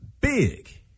big